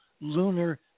lunar